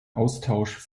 austausch